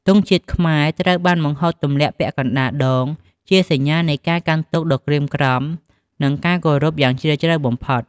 ទង់ជាតិខ្មែរត្រូវបានបង្ហូតទម្លាក់ពាក់កណ្ដាលដង ជាសញ្ញានៃការកាន់ទុក្ខដ៏ក្រៀមក្រំ និងការគោរពយ៉ាងជ្រាលជ្រៅបំផុត។